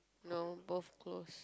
no both close